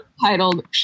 titled